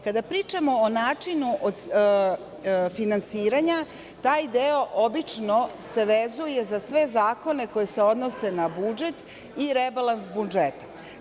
Kada pričamo o načinu finansiranja, taj deo obično se vezuje za sve zakone koji se odnose na budžet i rebalans budžeta.